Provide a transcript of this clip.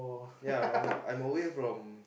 ya I'm I'm away from